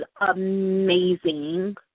amazing